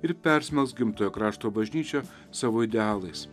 ir persmelks gimtojo krašto bažnyčią savo idealais